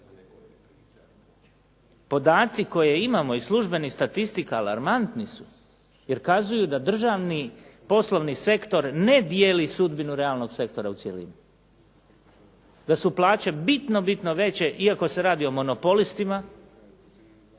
Podaci koje imamo iz službenih statistika alarmantni su jer kazuju da državni poslovni sektor ne dijeli sudbinu realnog sektora u cjelini. Da su plaće bitno, bitno veće iako se radi o monopolistima,